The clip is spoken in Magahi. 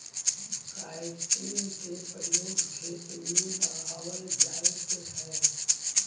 काईटिन के प्रयोग खेत में बढ़ावल जाइत हई